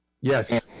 yes